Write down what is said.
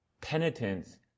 penitence